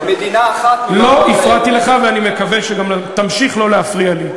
לא הפרעתי לך, ואני מקווה שגם תמשיך לא להפריע לי.